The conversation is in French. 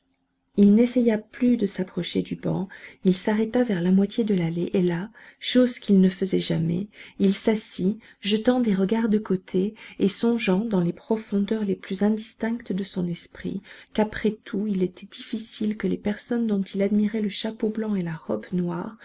il n'essaya plus de s'approcher du banc il s'arrêta vers la moitié de l'allée et là chose qu'il ne faisait jamais il s'assit jetant des regards de côté et songeant dans les profondeurs les plus indistinctes de son esprit qu'après tout il était difficile que les personnes dont il admirait le chapeau blanc et la robe noire